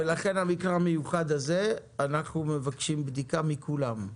ולכן במקרה המיוחד הזה אנחנו מבקשים בדיקה מכולם.